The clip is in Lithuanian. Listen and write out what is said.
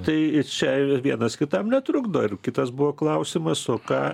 tai čia vienas kitam netrukdo ir kitas buvo klausimas o ką